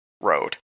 road